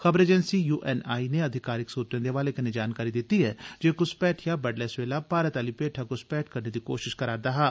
खबर agency UNI नै अधिकारिक सूत्रें दे हवाले कन्नै जानकारी दित्ती ऐ जे एह् घुसपैठिया बडलै सबेला भारत आह्ली पेठा घुसपैठ करने दी कोशिश करा'रदा हा